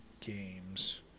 games